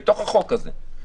בחוק הזה,